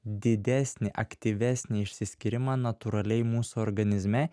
didesnį aktyvesnį išsiskyrimą natūraliai mūsų organizme